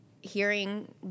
hearing